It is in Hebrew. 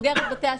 סוגר את בתי הספר,